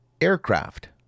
aircraft